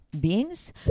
beings